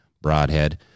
broadhead